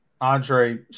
Andre